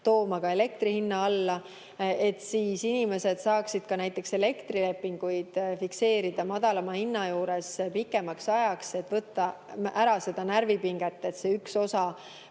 tooma ka elektri hinna alla. Inimesed saaksid siis näiteks elektrilepinguid fikseerida madalama hinna juures pikemaks ajaks, et võtta ära seda närvipinget, et see üks osa